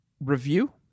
review